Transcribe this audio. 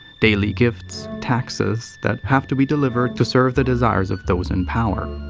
daily gifts taxes that have to be delivered to serve the desires of those in power.